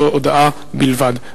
זו הודעה בלבד,